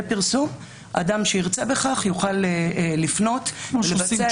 אדם שירצה בכל יוכל לפנות ולבצע את זה.